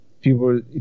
people